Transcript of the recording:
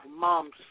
Mom's